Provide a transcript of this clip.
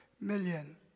million